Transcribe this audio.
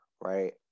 Right